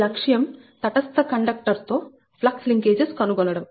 మీ లక్ష్యం తటస్థ కండక్టర్ తో ఫ్లక్స్ లింకేజెస్ కనుగొనడం